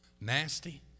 nasty